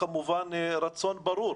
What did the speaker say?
רצון ברור